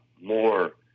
more